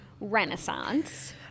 renaissance